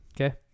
Okay